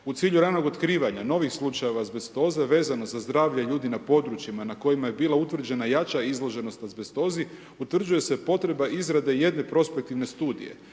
U cilju ranog otkivanja novih slučajeva azbestoze, vezano za zdravlje ljudi na područjima na kojima je bila utvrđena jača izloženost azbestozi, utvrđuje se potreba izrade jedne prospektivne studije,